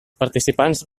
participants